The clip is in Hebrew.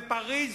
בפריס,